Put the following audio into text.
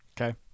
okay